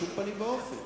בשום פנים ואופן.